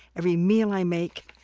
every meal i make,